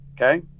okay